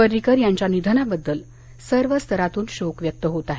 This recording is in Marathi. पर्रीकर यांच्या निधनाबद्दल सर्व स्तरातून शोक व्यक्त होत आहे